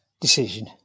decision